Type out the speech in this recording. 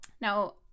Now